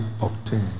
obtain